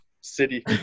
city